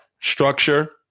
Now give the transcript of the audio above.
structure